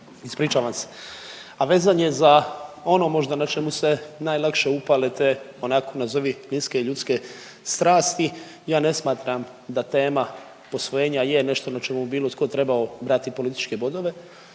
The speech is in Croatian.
ispričavam se. A vezan je za ono možda na čemu se najlakše upale te onako nazovi, niske ljudske strasti. Ja ne smatram da tema posvojenja je nešto na čemu bi bilo tko trebao dati političke bodova